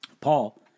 Paul